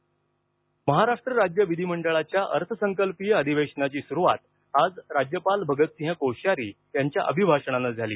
अधिवेशन महाराष्ट्र राज्य विधिमंडळाच्या अर्थ संकल्पीय अधिवेशनाची सुरुवात आज राज्यपाल भगतसिंग कोश्यारी यांच्या अभिभाषणानं झाली